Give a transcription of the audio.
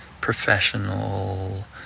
professional